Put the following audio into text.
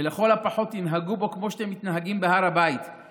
לכל הפחות תנהגו בו כמו שאתם מתנהגים באלה שבהר הבית,